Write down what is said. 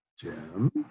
Jim